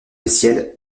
ciel